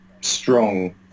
strong